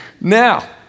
Now